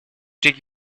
trick